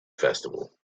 festival